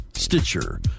Stitcher